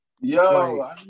Yo